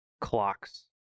clocks